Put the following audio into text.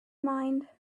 mind